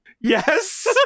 Yes